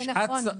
זה נכון.